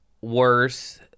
worse